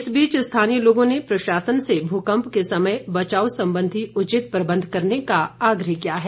इस बीच स्थानीय लोगों ने प्रशासन से भूकंप के समय बचाव संबंधी उचित प्रबंध करने का आग्रह किया है